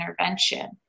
intervention